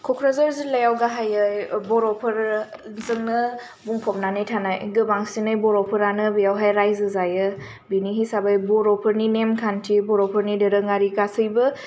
क'क्राझार जिल्लायाव गाहायै बर'फोर जोंनो बुंफबनानै थानाय गोबांसिनै बर'फोरानो बेयावहाय रायजो जायो बेनि हिसाबै बर'फोरनि नेमखान्थि बर'फोरनि दोरोंआरि गासैबो